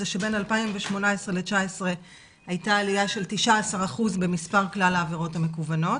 זה שבין 2018 ל-2019 הייתה עלייה של 19% במספר כלל העבירות המקוונות.